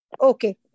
Okay